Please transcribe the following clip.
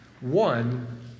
One